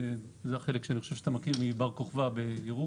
שזה החלק שאני חושב שאתה מכיר מבר כוכבא בירוחם.